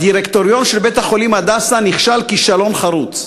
הדירקטוריון של בית-החולים "הדסה" נכשל כישלון חרוץ.